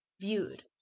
viewed